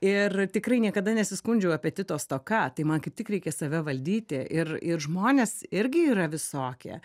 ir tikrai niekada nesiskundžiau apetito stoka tai man kaip tik reikia save valdyti ir ir žmonės irgi yra visokie